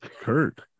Kurt